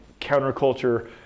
counterculture